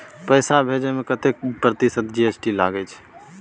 पैसा भेजै में कतेक प्रतिसत जी.एस.टी लगे छै?